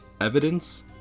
evidence